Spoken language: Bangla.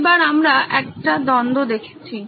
তাই এবার আমরা একটি দ্বন্দ্ব দেখছি